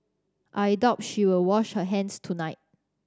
I doubt she will wash her hands tonight